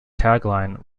tagline